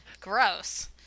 Gross